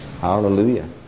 Hallelujah